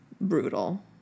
brutal